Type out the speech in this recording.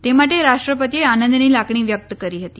તે માટે રાષ્ટ્રપતિએ આનંદની લાગણી વ્યકત કરી હતી